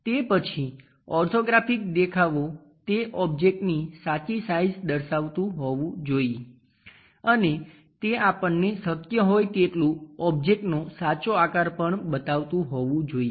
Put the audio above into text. તે પછી ઓર્થોગ્રાફિક દેખાવો તે ઓબ્જેક્ટની સાચી સાઇઝ દર્શાવતું હોવું જોઈએ અને તે આપણને શક્ય હોય તેટલું ઓબ્જેક્ટનો સાચો આકાર પણ બતાવતું હોવું જોઈએ